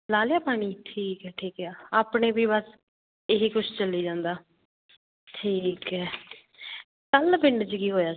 ਲਾ ਲਿਆ ਪਾਣੀ ਠੀਕ ਹੈ ਠੀਕ ਹੈ ਆਪਣੇ ਵੀ ਬਸ ਇਹੀ ਕੁਛ ਚੱਲੀ ਜਾਂਦਾ ਠੀਕ ਹੈ ਕੱਲ੍ਹ ਪਿੰਡ 'ਚ ਕੀ ਹੋਇਆ ਸੀ